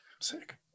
sick